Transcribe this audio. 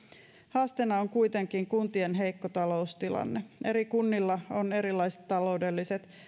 haasteena on kuitenkin kuntien heikko taloustilanne eri kunnilla on erilaiset taloudelliset